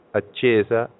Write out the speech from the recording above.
accesa